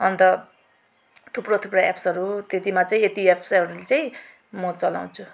अन्त थुप्रो थुप्रो एप्सहरू त्यतिमा चाहिँ यति एप्सहरूलाई चाहिँ म चलाउँछु